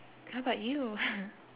how about you